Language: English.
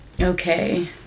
Okay